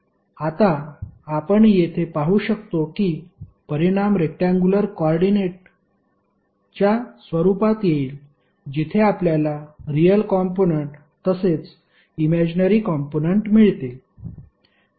आता आपण येथे पाहू शकतो की परिणाम रेक्टयांगुलर कॉर्डीनेट च्या स्वरूपात येईल जिथे आपल्याला रियल कॉम्पोनन्ट तसेच इमॅजीनरी कॉम्पोनन्ट मिळतील